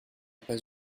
pas